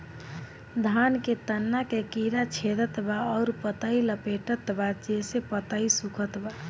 धान के तना के कीड़ा छेदत बा अउर पतई लपेटतबा जेसे पतई सूखत बा?